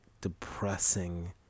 depressing